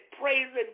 praising